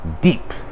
deep